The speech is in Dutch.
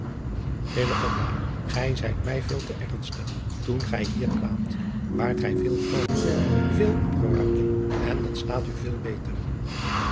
gij zijt mij veel te ernstig toen gij hier kwaamt waart gij veel vrolijker veel opgeruimder en dat staat u veel beter